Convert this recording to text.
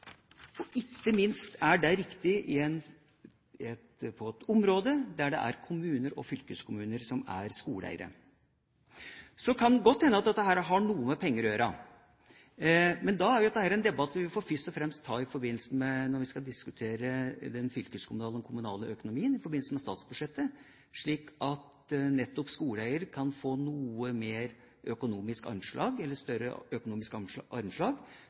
og i fylkestingssaler. Ikke minst er det riktig på et område der det er kommuner og fylkeskommuner som er skoleeiere. Så kan det godt hende at dette har noe med penger å gjøre. Men da er jo dette en debatt vi først og fremst må ta når vi skal diskutere den fylkeskommunale og kommunale økonomien i forbindelse med statsbudsjettet, slik at skoleeier kan få noe større økonomisk